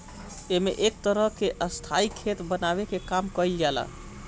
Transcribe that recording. एमे एक तरह के स्थाई खेत बनावे के काम कईल जाला